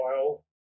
oil